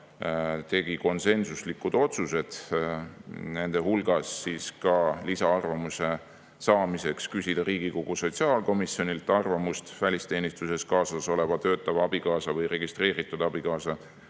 tegi konsensuslikud otsused, nende hulgas otsuse küsida Riigikogu sotsiaalkomisjonilt arvamust välisteenistuses kaasasoleva töötava abikaasa või registreeritud [elukaaslase]